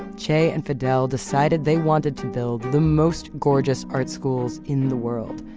che and fidel decided they wanted to build the most gorgeous art schools in the world,